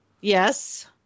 Yes